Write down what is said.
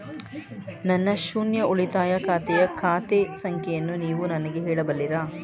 ನನ್ನ ಶೂನ್ಯ ಉಳಿತಾಯ ಖಾತೆಯ ಖಾತೆ ಸಂಖ್ಯೆಯನ್ನು ನೀವು ನನಗೆ ಹೇಳಬಲ್ಲಿರಾ?